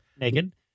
Naked